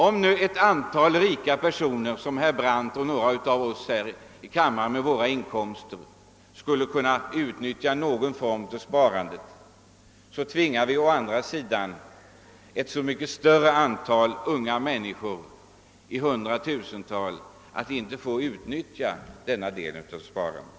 Om nu ett antal rika personer — som herr Brandt och vi andra här i kammaren — skulle kunna utnyttja någon av de föreslagna sparandeformerna, så får ju inte detta leda till att vi hindrar hundratusentals unga människor från att komma i åtnjutande av förmånerna.